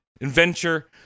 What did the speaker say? adventure